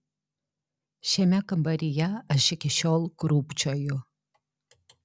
šiame kambaryje aš iki šiol krūpčioju